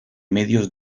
medios